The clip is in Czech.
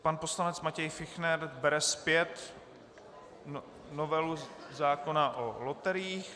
Pan poslanec Matěj Fichtner bere zpět novelu zákona o loteriích.